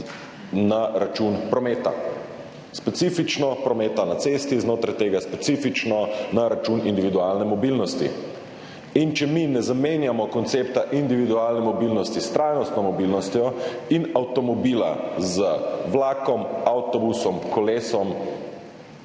na račun prometa, specifično prometa na cesti, znotraj tega specifično na račun individualne mobilnosti. Če mi ne zamenjamo koncepta individualne mobilnosti s trajnostno mobilnostjo in avtomobila z vlakom, avtobusom, kolesom,